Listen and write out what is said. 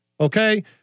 Okay